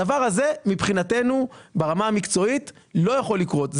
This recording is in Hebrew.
הדבר הזה מבחינתנו ברמה המקצועית לא יכול לקרות.